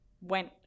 went